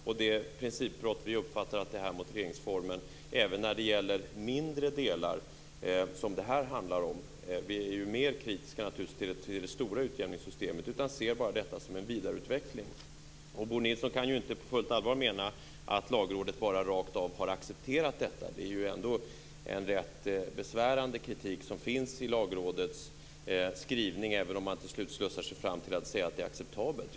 Vi uppfattar att detta är en principbrott mot regeringsformen även i fråga om sådana mindre delar som det här handlar om - vi är naturligtvis mer kritiska till det stora utjämningssystemet och vi ser detta bara som en vidareutveckling. Bo Nilsson kan inte på fullt allvar mena att Lagrådet bara rakt av har accepterat detta. Det är ändå en rätt så besvärande kritik som förs fram i Lagrådets skrivning, även om man till sist slussar sig fram till att säga att det är acceptabelt.